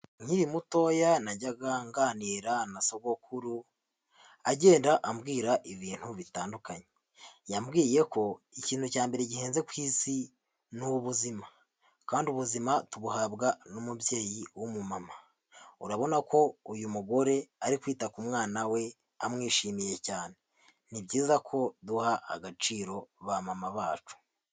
Nkiri mutoya najyaga nganira na sogokuru, agenda ambwira ibintu bitandukanye. Yambwiye ko ikintu cya mbere gihenze ku isi ni ubuzima. Kandi ubuzima tubuhabwa n'umubyeyi w'umumama, Urabona ko uyu mugore ari kwita ku mwana we amwishimiye cyane. Ni byiza ko duha agaciro ba mama bacu.